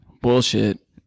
bullshit